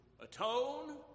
atone